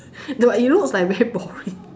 but it looks like very boring